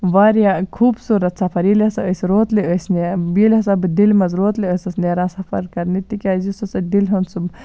واریاہ خوٗبصوٗرتھ سََفر ییٚلہِ ہسا أسۍ روتلہِ ٲسۍ ییٚلہِ ہسا بہٕ دِلہِ منٛز روتلہِ ٲسٕس نیران سَفر کرنہِ تِکیازِ یُس ہسا دِلہِ ہُند سُہ